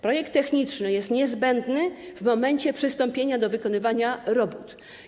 Projekt techniczny jest niezbędny w momencie przystąpienia do wykonywania robót.